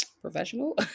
professional